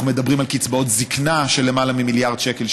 אנחנו מדברים על קצבאות זקנה של למעלה ממיליארד שקל,